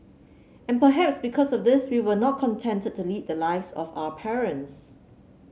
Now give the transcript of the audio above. and perhaps because of this we were not contented to lead the lives of our parents